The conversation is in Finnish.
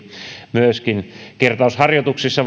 myöskin kertausharjoituksissa